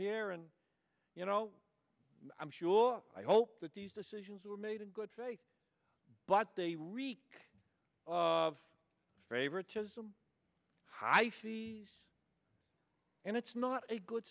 here and you know i'm sure i hope that these decisions were made in good faith but they reek of favoritism high fees and it's not a good